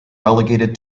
relegated